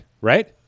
right